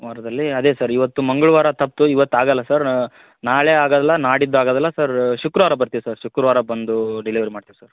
ವಾರದಲ್ಲಿ ಅದೇ ಸರ್ ಇವತ್ತು ಮಂಗಳವಾರ ತಪ್ತು ಇವತ್ತು ಆಗಲ್ಲ ಸರ್ ನಾಳೆ ಆಗಲ್ಲ ನಾಡಿದ್ದು ಆಗದಿಲ್ಲ ಸರ್ ಶುಕ್ರುವಾರ ಬರ್ತೀವಿ ಸರ್ ಶುಕ್ರುವಾರ ಬಂದೂ ಡಿಲೆವರಿ ಮಾಡ್ತೀವಿ ಸರ್